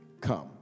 come